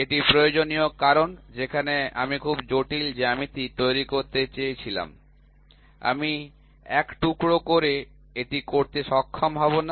এটি প্রয়োজনীয় কারণ যেখানেই আমি খুব জটিল জ্যামিতি তৈরি করতে চেয়েছিলাম আমি এক টুকরো করে এটি করতে সক্ষম হব না